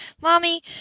Mommy